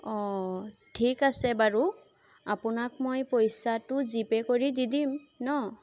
অঁ ঠিক আছে বাৰু আপোনাক মই পইচাটো জি পে' কৰি দি দিম ন